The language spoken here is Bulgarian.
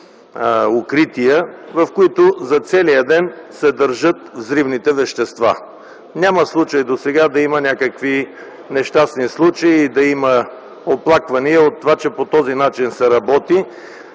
в които за целия ден се държат взривните вещества. Няма случай досега да има някакви нещастни случаи и да има оплаквания от това, че по този начин се работи.